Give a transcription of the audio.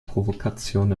provokation